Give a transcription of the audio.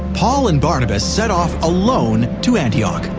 paul and barnabas set off alone to antioch.